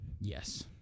Yes